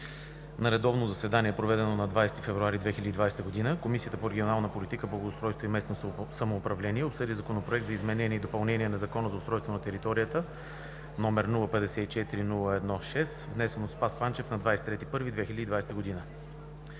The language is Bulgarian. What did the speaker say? На редовно заседание, проведено на 20 февруари 2020 г., Комисията по регионална политика, благоустройство и местно самоуправление обсъди Законопроект за изменение и допълнение на Закона за устройство на територията, № 054-01-6, внесен от Спас Панчев на 23 януари 2020 г.